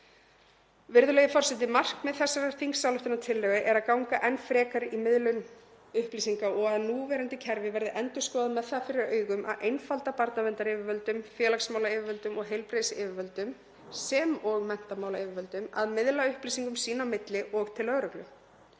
Virðulegi forseti. Markmið þessarar þingsályktunartillögu er að ganga enn frekar í miðlun upplýsinga og að núverandi kerfi verði endurskoðað með það fyrir augum að einfalda barnaverndaryfirvöldum, félagsmálayfirvöldum og heilbrigðisyfirvöldum sem og menntamálayfirvöldum að miðla upplýsingum sín á milli og til lögreglu,